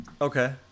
Okay